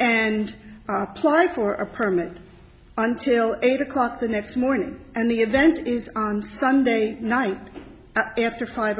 and apply for a permit until eight o'clock the next morning and the event is on sunday night after five